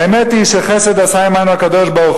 האמת היא שחסד עשה עמנו הקדוש-ברוך-הוא